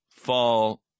fall